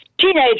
teenagers